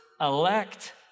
elect